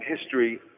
history